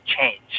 change